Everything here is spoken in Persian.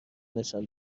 نشان